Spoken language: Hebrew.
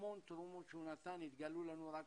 המון תרומות שהוא נתן התגלו לנו רק